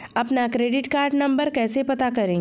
अपना credit card number कैसे पता करें?